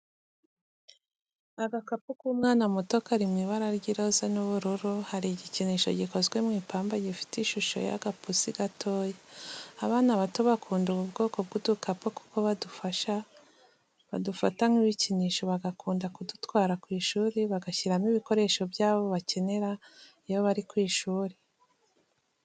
Agakapu k'umwana muto kari mu ibara ry'iroza n'ubururu, hari igikinisho gikoze mu ipamba gifite ishusho y'agapusi gatoya, abana bato bakunda ubu bwoko bw'udukapu kuko badufata nk'ibikinisho bagakunda kudutwara ku ishuri bagashyiramo ibikoresho byabo bakenera iyo bari ku ishuri.